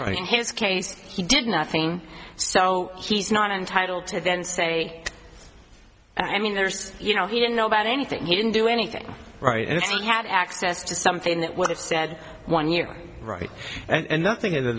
right in his case he did nothing so he's not entitled to then say i mean there's you know he didn't know about anything he didn't do anything right and if he had access to something that would have said one year right and nothing in the